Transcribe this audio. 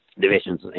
divisions